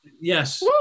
Yes